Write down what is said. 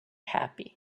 happy